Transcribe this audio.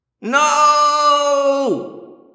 No